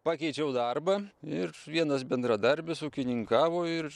pakeičiau darbą ir vienas bendradarbis ūkininkavo ir